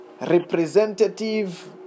Representative